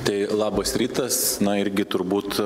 tai labas rytas na irgi turbūt